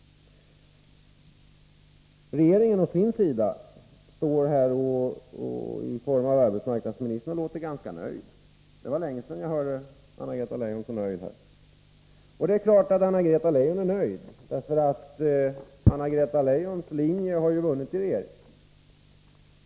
Regeringen representeras här av arbetsmarknadsministern, som låter ganska nöjd. Det var länge sedan jag hörde Anna-Greta Leijon vara så nöjd. Det är klart att Anna-Greta Leijon är nöjd, för hennes linje har ju vunnit i regeringen.